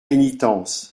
pénitence